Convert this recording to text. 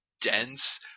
dense